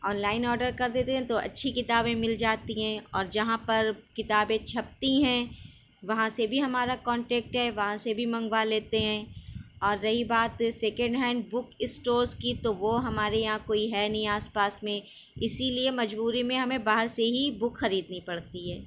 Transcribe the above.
on line order کر دیتے ہیں تو اچھی کتابیں مل جاتی ہیں اور جہاں پر کتابیں چھپتی ہیں وہاں سے بھی ہمارا کونٹیکٹ ہے وہاں سے بھی منگوا لیتے ہیں اور رہی بات سیکنڈ ہینڈ بک اسٹورس کی تو وہ ہمارے یہاں کوئی ہے نہیں آس پاس میں اسی لیے مجبوری میں ہمیں باہر سے ہی بک خریدنی پڑتی ہے